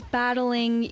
battling